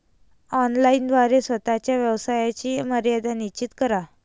online द्वारे स्वतः च्या व्यवहाराची मर्यादा निश्चित करा